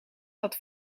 zat